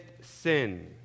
sin